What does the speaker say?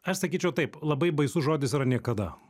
aš sakyčiau taip labai baisus žodis yra niekada